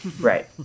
Right